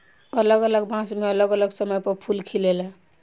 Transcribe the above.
अलग अलग बांस मे अलग अलग समय पर फूल खिलेला